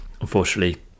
unfortunately